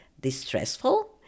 distressful